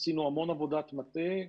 עשינו המון עבודת מטה,